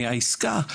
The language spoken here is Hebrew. מהעסקה.